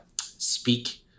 speak